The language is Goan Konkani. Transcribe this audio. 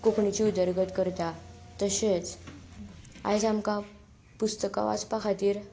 कोंकणीची उदरगत करता तशेंच आयज आमकां पुस्तकां वाचपा खातीर